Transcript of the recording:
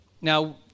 Now